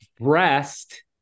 breast